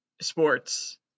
sports